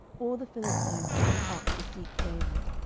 all the philistines came up to seek david